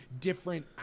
different